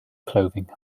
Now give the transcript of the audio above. clothing